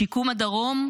שיקום הדרום?